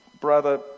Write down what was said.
brother